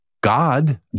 god